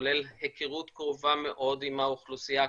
כולל היכרות קרובה מאוד עם האוכלוסייה,